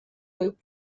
loop